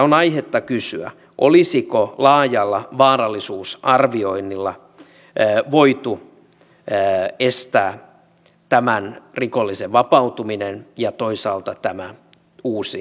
on aihetta kysyä olisiko laajalla vaarallisuusarvioinnilla voitu estää tämän rikollisen vapautuminen ja toisaalta tämä uusi rikos